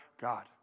God